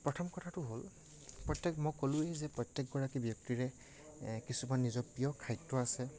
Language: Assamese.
প্ৰথম কথাটো হ'ল প্ৰত্যেক মই ক'লোঁৱেই যে প্ৰত্যেকগৰাকী ব্যক্তিৰে কিছুমান নিজৰ প্ৰিয় খাদ্য আছে